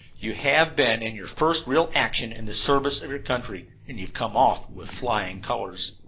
you have been in your first real action in the service of your country, and you have come off with flying colors.